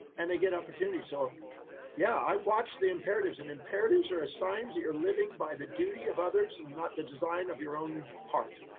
and they get opportunities. so yeah, i'd watch the imperatives and imperatives are signs that you're living by the duty of others and not the design of your own heart.